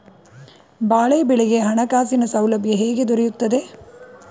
ಬಾಳೆ ಬೆಳೆಗೆ ಹಣಕಾಸಿನ ಸೌಲಭ್ಯ ಹೇಗೆ ದೊರೆಯುತ್ತದೆ?